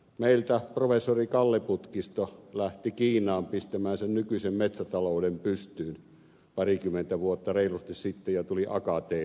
meiltä professori kalle putkisto lähti kiinaan pistämään sen nykyisen metsätalouden pystyyn reilusti parikymmentä vuotta sitten ja tuli akateemikoksi tuonne kiinaan